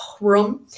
room